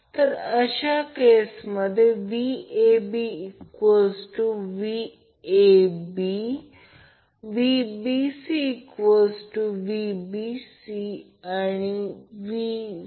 तर या प्रकरणात Z ∆ 20 j 15 तर 25 अँगल 36